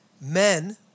Men